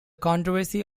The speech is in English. controversy